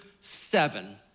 seven